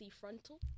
frontal